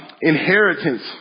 inheritance